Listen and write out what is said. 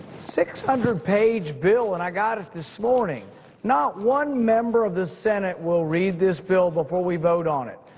six hundred page bill and i got it this morning not one member of the senate will read this bill before we vote on it.